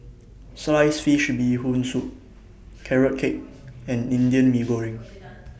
Sliced Fish Bee Hoon Soup Carrot Cake and Indian Mee Goreng